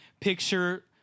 picture